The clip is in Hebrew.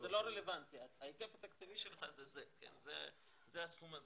זה לא רלוונטי, ההיקף התקציבי שלך זה הסכום הזה.